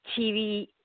TV